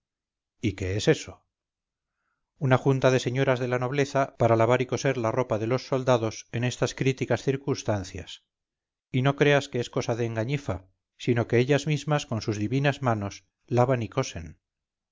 y qué es eso una junta de señoras de la nobleza para lavar y coser la ropa de los soldados en estas críticas circunstancias y no creas que es cosa de engañifa sino que ellas mismas con sus divinas manos lavan y cosen